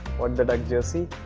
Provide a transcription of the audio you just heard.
what the duck jersey.